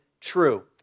true